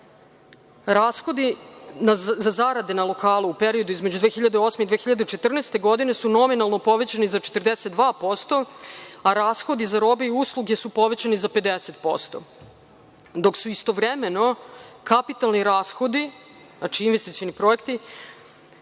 rashodi za zarade na lokalu u periodu između 2008-2014. godine su nominalno povećani za 42%, a rashodi za robe i usluge su povećane za 50%, dok su istovremeno kapitalni rashodi, znači investicioni projekti